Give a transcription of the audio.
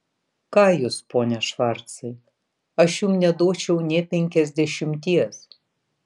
ką jūs pone švarcai aš jums neduočiau nė penkiasdešimties